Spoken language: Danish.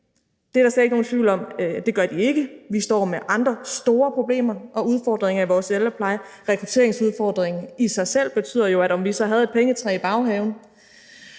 det er der slet ingen tvivl om at de ikke gør, for vi står med andre store problemer og udfordringer i vores ældrepleje. Rekrutteringsudfordringen i sig selv betyder jo, at om vi så havde et pengetræ i baghaven